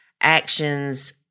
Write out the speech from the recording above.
actions